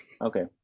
Okay